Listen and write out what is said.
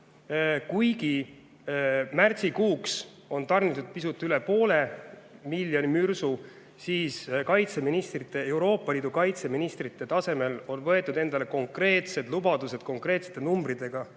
Kuigi märtsikuuks on tarnitud pisut üle poole miljoni mürsu, on Euroopa Liidu kaitseministrite tasemel võetud endale konkreetsed lubadused konkreetsete numbritega